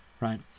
right